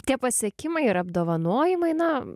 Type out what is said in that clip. tie pasiekimai ir apdovanojimai na